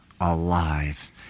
alive